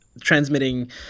transmitting